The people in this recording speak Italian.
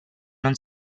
non